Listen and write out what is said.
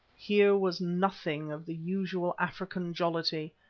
here was nothing of the usual african jollity.